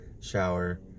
shower